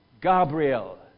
Gabriel